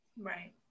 Right